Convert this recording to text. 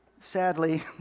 sadly